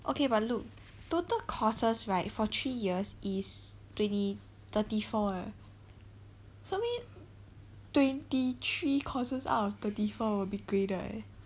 okay but look total courses right for three years is twenty thirty four eh so means twenty three courses out of thirty four will be graded eh